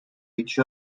each